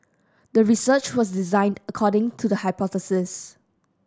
the research was designed according to the hypothesis